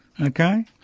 Okay